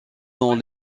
dans